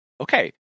okay